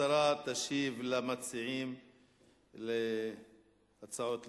השרה תשיב למציעי ההצעות לסדר-היום.